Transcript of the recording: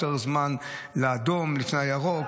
יותר זמן לאדום לפני הירוק